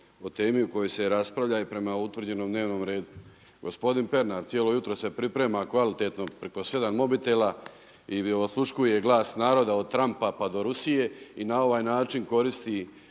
o temi o kojoj se raspravlja i prema utvrđenom dnevnom redu. Gospodin Pernar cijelo jutro se priprema kvalitetno preko 7 modela i gdje osluškuje glas naroda od Trampa pa do Rusije i na ovaj način koristi